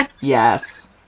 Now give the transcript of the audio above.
Yes